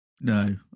No